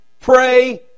Pray